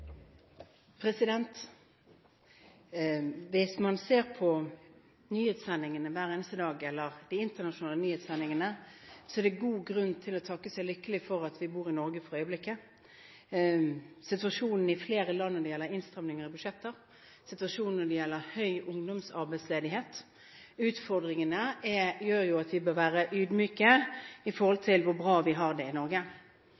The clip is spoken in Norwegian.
god grunn til å prise seg lykkelig for at vi bor i Norge. Situasjonen i flere land med utfordringer når det gjelder innstramninger i budsjetter og høy ungdomsarbeidsledighet, gjør at vi bør være ydmyke med tanke på hvor bra vi har det i